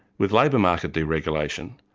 with labour market deregulation,